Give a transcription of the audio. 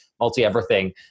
multi-everything